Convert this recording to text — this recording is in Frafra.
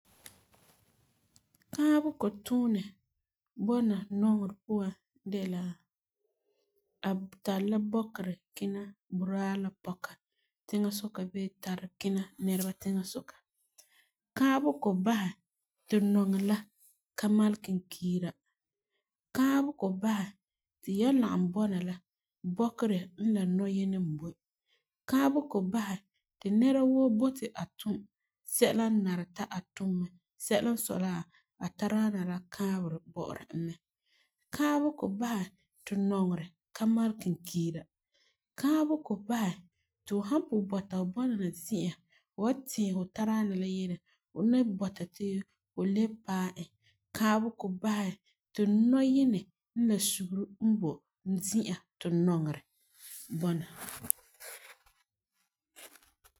Kãbegɔ tuunɛ bɔna nɔŋerɛ puan de la a tari la bɔkerɛ kina budaa la pɔka tiŋasuka bee tara kina nɛreba tiŋasuka. Kãbegɔ basɛ ti nɔŋerɛ la ka magelum kiira, kãbegɔ basɛ ti ya lagum bɔna la bɔkerɛ la nɔyinɛ n boi, kãbegɔ basɛ ti nɛrewoo bɔta ti a tuum sɛla n nari ti a tuum sɛla n sɔi la a ta daana la kãberi bɔ'ɔra e mɛ. Kãbegɔ basɛ ti nɔŋerɛ ka malum kiira, kãbegɔ basɛ ti fu san pugum bɔta fu bɔna zi'a, fu wan tiɛ fu ta daana la yele fu na bɔta ti fu lebe paɛ e. Kãbegɔ basɛ ti nɔyinɛ la suŋeri n boi zi'a ti nɔŋerɛ bɔna.